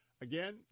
Again